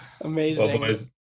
amazing